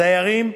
הדיירים,